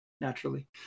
naturally